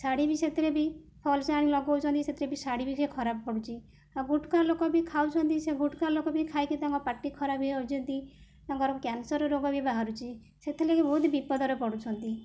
ଶାଢ଼ୀ ବି ସେଥିରେ ବି ଫଲସ ଆଣି ଲଗଉଛନ୍ତି ସେଥିରେ ବି ଶାଢ଼ୀ ବି ସେ ଖରାପ ପଡ଼ୁଛି ଆଉ ଗୁଟୁକା ଲୋକ ବି ଖାଉଛନ୍ତି ସେ ଗୁଟୁକା ଲୋକ ବି ଖାଇକି ତାଙ୍କ ପାଟି ଖରାପ ହେଇଯାଉଛନ୍ତି ତାଙ୍କର କ୍ୟାନ୍ସର ରୋଗ ବି ବାହାରୁଛି ସେଥିଲାଗି ବହୁତ ବିପଦରେ ପଡ଼ୁଛନ୍ତି